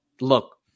Look